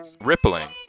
rippling